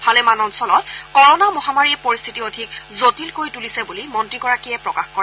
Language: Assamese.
ভালেমান অঞ্চলত কৰনা মহামাৰীয়ে পৰিস্থিতি অধিক জটিল কৰি তূলিছে বুলি মন্ত্ৰীগৰাকীয়ে প্ৰকাশ কৰে